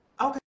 okay